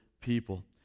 people